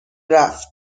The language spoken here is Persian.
رفت